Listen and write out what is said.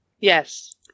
Yes